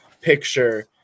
picture